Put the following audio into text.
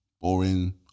boring